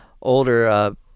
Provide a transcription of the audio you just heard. older